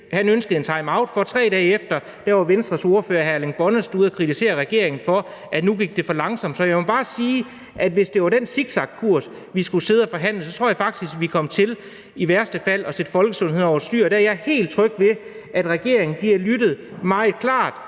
han ønskede en timeout. 3 dage efter var Venstres ordfører hr. Erling Bonnesen ude og kritisere regeringen for, at nu gik det for langsomt. Så jeg må bare sige, at hvis det var den zigzagkurs, vi skulle sidde og forhandle i forhold til, tror jeg faktisk, at vi kom til i værste fald at sætte folkesundheden over styr. Der er jeg helt tryg ved, at regeringen har lyttet meget til